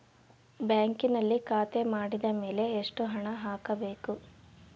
ಬ್ಯಾಂಕಿನಲ್ಲಿ ಖಾತೆ ಮಾಡಿದ ಮೇಲೆ ಎಷ್ಟು ಹಣ ಹಾಕಬೇಕು?